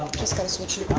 just gonna switch it.